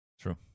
True